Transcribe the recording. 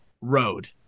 road